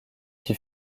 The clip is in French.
qui